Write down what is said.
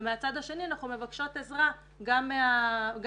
ומהצד השני אנחנו מבקשות עזרה גם מלמעלה.